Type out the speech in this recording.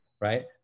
right